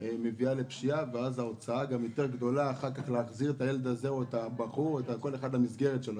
מביא לפשיעה ואז ההוצאה גם יותר גדולה להחזיר את הילד הזה למסגרת שלו.